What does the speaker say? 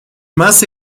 más